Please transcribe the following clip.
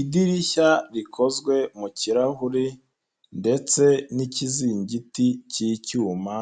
Idirishya rikozwe mu kirahure ndetse n'ikizingiti cy'icyuma,